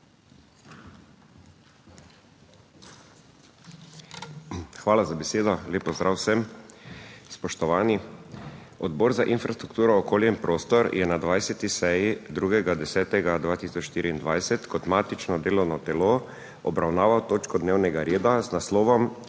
Hvala za besedo. Lep pozdrav vsem! Spoštovani! Odbor za infrastrukturo, okolje in prostor je na 20. seji 2. 10. 2024 kot matično delovno telo obravnaval točko dnevnega reda z naslovom